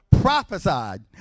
prophesied